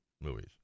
movies